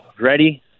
ready